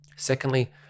Secondly